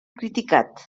criticat